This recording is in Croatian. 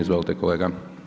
Izvolite kolega.